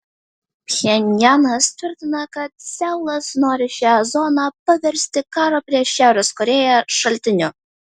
pchenjanas tvirtina kad seulas nori šią zoną paversti karo prieš šiaurės korėją šaltiniu